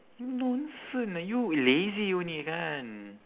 nonsense ah you lazy only kan